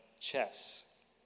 chess